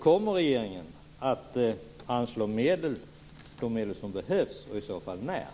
Kommer regeringen att anslå de medel som behövs, och i så fall när?